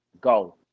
Go